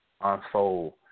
unfold